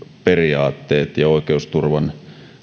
periaatteet ja oikeusturvan